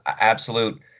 absolute –